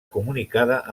comunicada